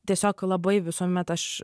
tiesiog labai visuomet aš